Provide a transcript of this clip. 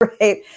right